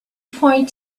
point